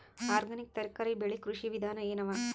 Organic ತರಕಾರಿ ಬೆಳಿ ಕೃಷಿ ವಿಧಾನ ಎನವ?